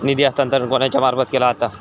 निधी हस्तांतरण कोणाच्या मार्फत केला जाता?